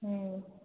ம்